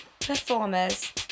performers